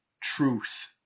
truth